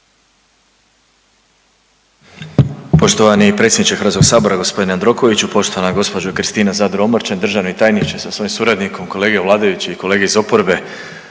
Poštovani potpredsjedniče HS-a g. Jandrokoviću, poštovana gospođo Kristina Zadro Omrčen, državni tajniče sa svojim suradnikom, kolege vladajući i kolege iz oporbe.